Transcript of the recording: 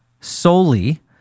solely